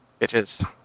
bitches